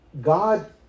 God